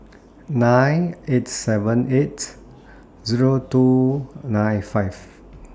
nine eight seven eight Zero two nine five